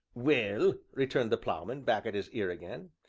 well, returned the ploughman, back at his ear again,